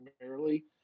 primarily